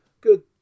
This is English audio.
Good